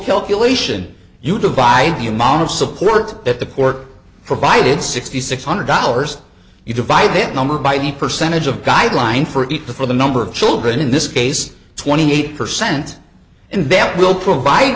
calculation you divide the amount of support that the pork provided sixty six hundred dollars you divide that number by the percentage of guideline for eat the for the number of children in this case twenty eight percent and that will provide